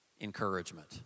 encouragement